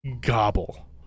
gobble